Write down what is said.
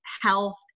health